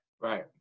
Right